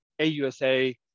AUSA